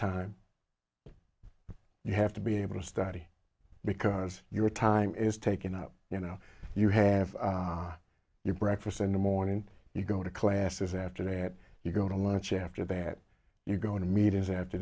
time you have to be able to study because your time is taken up you know you have your breakfast in the morning you go to classes after that you go to lunch after that you go to meetings after